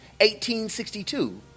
1862